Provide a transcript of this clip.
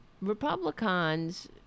Republicans